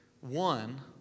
One